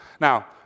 Now